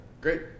great